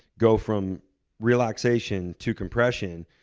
go from relaxation to compression.